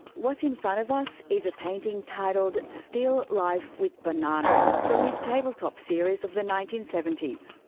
what's in front of us is a painting titled still life with banana from his tabletop series of the nineteen seventy s.